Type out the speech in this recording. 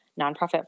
nonprofit